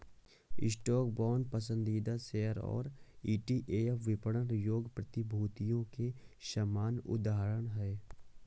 stock, bond, पसंदीदा share और ETF विपणन योग्य प्रतिभूतियों के सामान्य उदाहरण हैं